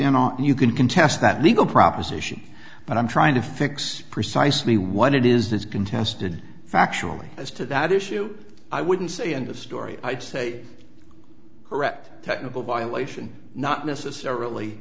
on and you can contest that legal proposition but i'm trying to fix precisely what it is is contested factually as to that issue i wouldn't say end of story i'd say correct technical violation not necessarily